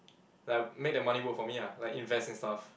like make the money work for me ah like invest and stuff